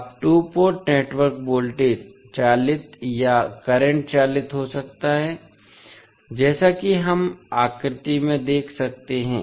अब two port network voltage चालित या करंट चालित हो सकता है जैसा कि हम आकृति से देख सकते हैं